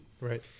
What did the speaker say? Right